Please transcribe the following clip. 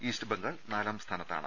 east Bengal നാലാം സ്ഥാനത്താണ്